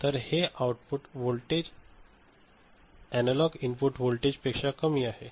तर हे output voltage analogue input व्होल्टेजपेक्षा कमी आहे